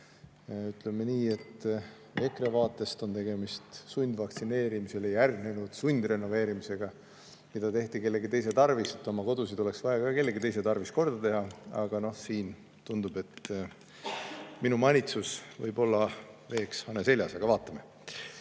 ütleme nii, et EKRE vaatest on tegemist sundvaktsineerimisele järgneva sundrenoveerimisega. Sundvaktsineerimist tehti kellegi teise tarvis, oma kodusid oleks vaja ka kellegi teise tarvis korda teha. Aga noh, tundub, et minu manitsus võib olla kui hane selga vesi. Aga vaatame.